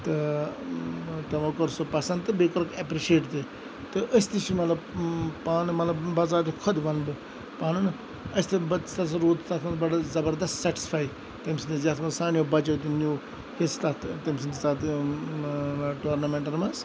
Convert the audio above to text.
تہِ تِمو کٔر سُہ پَسَنٛد تہٕ بیٚیہِ کورُکھ ایٚپرِشِییٹ تہِ تہٕ أسۍ تہِ چھِ مَطلَب پانہٕ مَطلِب بَزاتہِ خۄد وَنہٕ بہٕ پَنُن أسۍ تہِ بہٕ تہٕ سا روٗدۍ تتھ منٛز بَڑٕ زَبَردَست سیٹِسفاے تمہ سۭتۍ یَتھ مَنٛز سانٮ۪و بَچَو تہِ نیٚو حِصہِٕ تَتھ تٔمۍ سٕندِس تَتھ ٹورنَمنٹَن مَنٛز